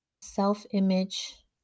self-image